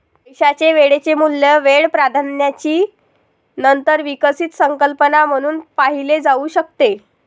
पैशाचे वेळेचे मूल्य वेळ प्राधान्याची नंतर विकसित संकल्पना म्हणून पाहिले जाऊ शकते